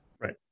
right